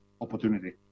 opportunity